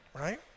Right